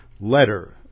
letter